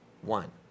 One